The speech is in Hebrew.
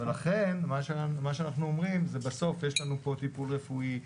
ולכן מה שאנחנו אומרים זה שבסוף יש לנו פה טיפול רפואי,